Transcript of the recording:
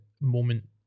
moment